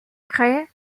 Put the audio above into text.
près